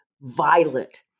violent